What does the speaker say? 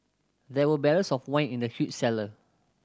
there were barrels of wine in the huge cellar